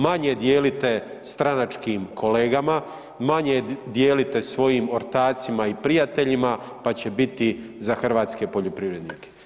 Manje dijelite stranačkim kolegama, manje dijelite svojim ortacima i prijateljima, pa će biti za hrvatske poljoprivrednike.